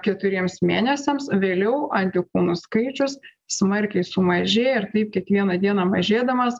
keturiems mėnesiams vėliau antikūnų skaičius smarkiai sumažėja ir taip kiekvieną dieną mažėdamas